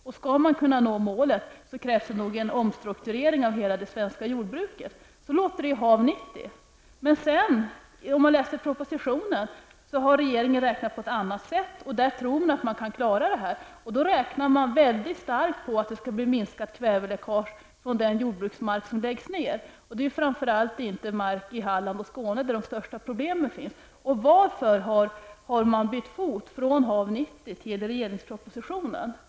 Om man skall kunna nå målet krävs det nog en omstrukturering av hela det svenska jordbruket. Så låter det i HAV 90. Men om man läser propositionen har regeringen räknat på ett annat sätt. Regeringen tror att man kan klara detta. Då räknar man väldigt starkt på att det skall bli minskat kväveläckage från den jordbruksmark som läggs ned, och det är inte mark främst i Halland och Skåne, där de största problemen finns. Och varför har man bytt fot från HAV 90 till regeringens proposition?